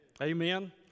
Amen